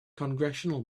congressional